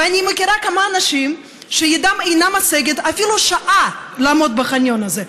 ואני מכירה כמה אנשים שידם אינה משגת אפילו שעה לעמוד בחניון הזה.